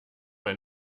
ein